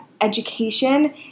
education